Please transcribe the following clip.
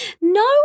No